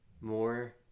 more